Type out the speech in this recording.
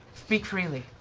speak freely.